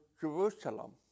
Jerusalem